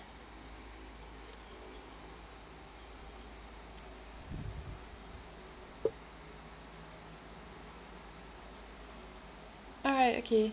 alright okay